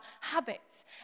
habits